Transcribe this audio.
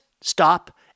stop